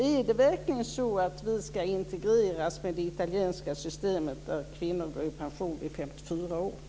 Är det verkligen så att vi ska integreras med det italienska systemet där kvinnor går i pension vid 54 års ålder?